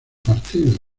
partido